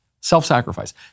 self-sacrifice